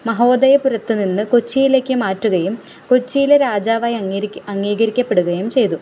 മഹോദയപുരത്ത് നിന്ന് കൊച്ചിയിലേക്ക് മാറ്റുകയും കൊച്ചിയിലെ രാജാവായി അംഗീകരിക്കപ്പെടുകയും ചെയ്തു